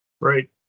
Right